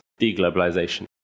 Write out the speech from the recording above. deglobalization